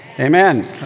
Amen